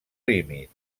límit